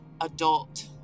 adult